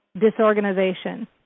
disorganization